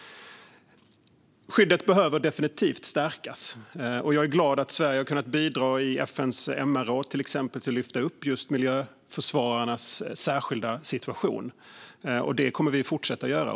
Skyddet behöver definitivt stärkas. Jag är därför glad över att Sverige har kunnat bidra med att i bland annat FN:s MR-råd lyfta upp just miljöförsvararnas särskilda situation. Detta kommer vi att fortsätta att göra.